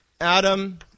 Adam